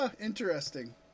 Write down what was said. Interesting